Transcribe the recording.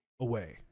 away